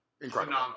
Incredible